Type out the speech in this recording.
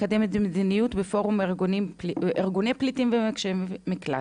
מקדמת מדיניות בפורום ארגוני פליטים ומבקשי מקלט.